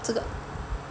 这个